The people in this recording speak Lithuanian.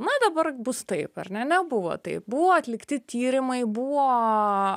na dabar bus taip ar ne nebuvo taip buvo atlikti tyrimai buvo